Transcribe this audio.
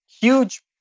huge